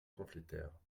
pamphlétaire